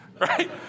right